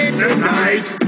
tonight